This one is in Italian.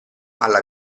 alla